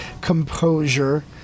composure